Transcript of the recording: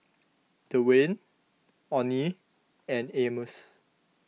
Dewayne oney and Amos